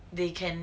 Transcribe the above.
they can